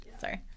Sorry